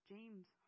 James